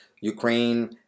Ukraine